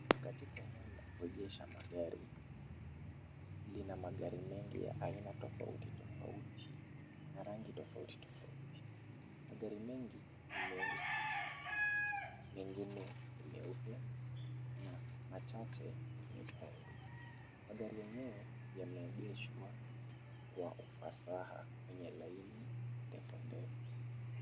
Katika eneo la kuegesha magari, lina magari mengi ya aina tofauti tofauti na rangi tofauti tofauti. Magari mengi ni meusi mengine ni meupe na machache ni mekundu. Magari yenyewe yameegeshwa kwa ufasaha wenye laini ndefu ndefu.